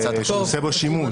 שהוא עושה בו שימוש.